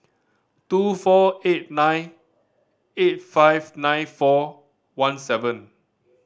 two four eight nine eight five nine four one seven